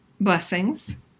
blessings